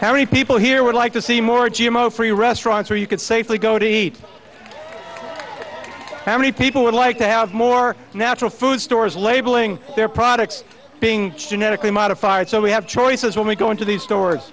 how many people here would like to see more g m o free restaurants where you can safely go to eat how many people would like to have more natural food stores labeling their products being genetically modified so we have choices when we go into these stores